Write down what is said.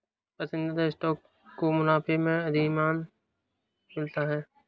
पसंदीदा स्टॉक को मुनाफे में अधिमान मिलता है